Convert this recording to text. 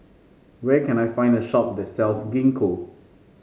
where can I find a shop that sells Gingko